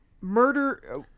murder